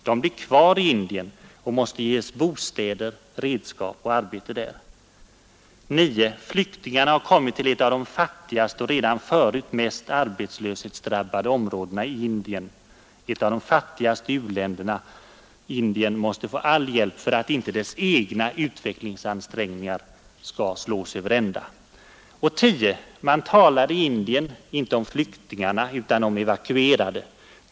De blir kvar i Indien och måste ges bostäder, redskap och arbete där. 9. Flyktingarna har kommit till ett av de fattigaste och redan förut mest arbetslöshetsdrabbade områdena i Indien. Indien, ett av de fattigaste u-länderna, måste få all hjälp för att inte dess egna utvecklings ansträngningar skall slås över ända. 10. Man talar i Indien inte om ”flyktingar” utan om ”evakuerade”.